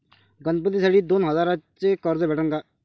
गणपतीसाठी दोन हजाराचे कर्ज भेटन का?